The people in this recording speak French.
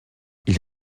ils